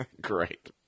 Great